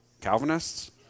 Calvinists